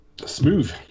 smooth